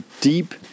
deep